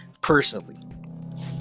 personally